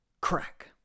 Crack